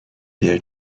dare